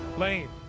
lane,